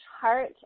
heart